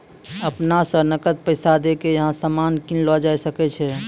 अपना स नकद पैसा दै क यहां सामान कीनलो जा सकय छै